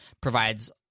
provides